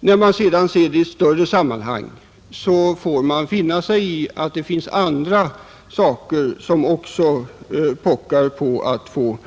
När man sedan ser den i ett större sammanhang får man finna sig i att det behövs pengar också för andra ändamål,